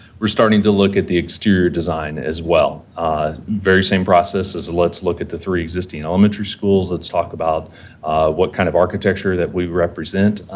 we're starting to look at the exterior design as well very same process as let's look at the three existing elementary schools. let's talk about what kind of architecture that we represent.